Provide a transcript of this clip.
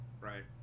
Right